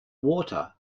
water